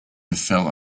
fell